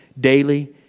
Daily